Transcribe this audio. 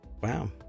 Wow